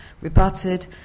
rebutted